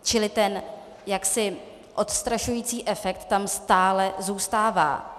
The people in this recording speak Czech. Čili ten jaksi odstrašující efekt tam stále zůstává.